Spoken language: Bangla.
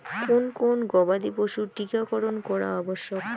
কোন কোন গবাদি পশুর টীকা করন করা আবশ্যক?